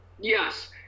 yes